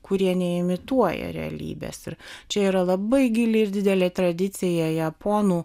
kurie neimituoja realybės ir čia yra labai gili ir didelė tradicija japonų